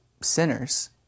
sinners